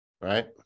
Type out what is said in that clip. right